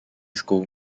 school